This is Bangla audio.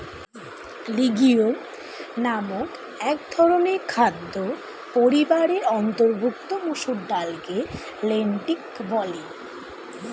লিগিউম নামক একধরনের খাদ্য পরিবারের অন্তর্ভুক্ত মসুর ডালকে লেন্টিল বলে